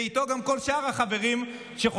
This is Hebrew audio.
ואיתו גם כל שאר החברים שחושבים